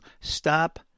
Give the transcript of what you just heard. stop